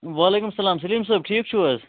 وعلیکُم سَلام سلیٖم صٲب ٹھیٖک چھِو حظ